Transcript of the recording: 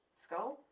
skull